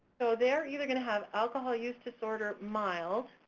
so they're either gonna have alcohol use disorder, mild,